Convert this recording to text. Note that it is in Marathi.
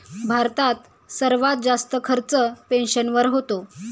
भारतात सर्वात जास्त खर्च पेन्शनवर होतो